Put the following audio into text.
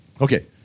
Okay